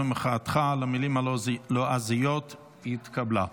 ומחאתך על המילים הלועזיות התקבלה.